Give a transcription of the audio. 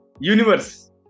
Universe